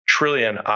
Trillion